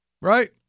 right